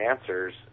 answers